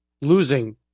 losing